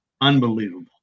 Unbelievable